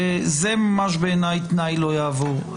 זה ממש בעיניי תנאי לא יעבור.